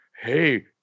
hey